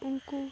ᱩᱱᱠᱩ